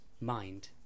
mind